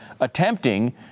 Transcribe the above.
attempting